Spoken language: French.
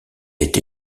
été